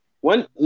one